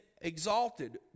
exalted